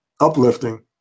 uplifting